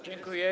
Dziękuję.